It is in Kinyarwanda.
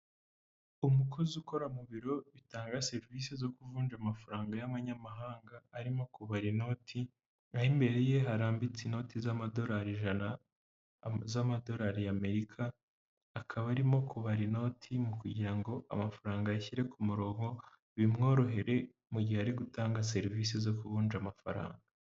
Umukozi ukora mu biro bitanga serivisi zo kuvunja amafaranga y'abanyamahanga arimo kubara inoti, aho imbere ye harambitse inoti z'amadolari ijana z'amadolari y'Amerika, akaba arimo kubara inoti mu kugira ngo amafaranga ayashyire ku murongo, bimworohere mu gihe ari gutanga serivisi zo ku kuvuja amafaranga.